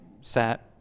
sat